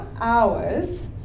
hours